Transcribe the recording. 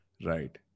Right